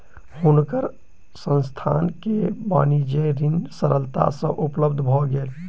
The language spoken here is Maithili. हुनकर संस्थान के वाणिज्य ऋण सरलता सँ उपलब्ध भ गेल